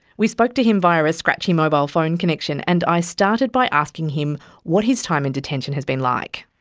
we spoke to him via a scratchy mobile phone connection, and i started by asking him what his time in detention has been like.